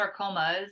sarcomas